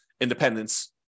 independence